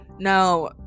Now